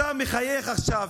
אתה מחייך עכשיו,